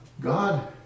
God